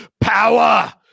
power